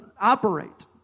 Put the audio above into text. operate